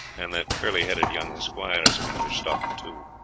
and that curly-headed young esquire is of english stock too.